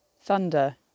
thunder